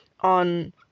on